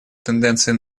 тенденции